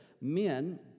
men